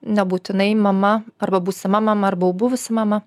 nebūtinai mama arba būsima mama arba buvusi mama